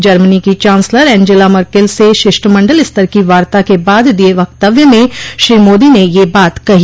Germany की chancellor Angela Merkel से शिष्टमंडल स्तर की वार्ता के बाद दिए वक्तव्य में श्री मोदी ने ये बात कहीं